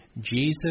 Jesus